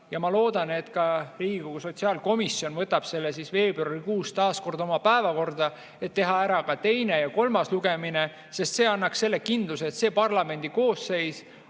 Ma loodan, et ka Riigikogu sotsiaalkomisjon võtab selle veebruarikuus taas kord oma päevakorda, et teha ära ka teine ja kolmas lugemine, sest see annaks kindluse, et see parlamendikoosseis